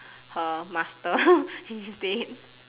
her master instead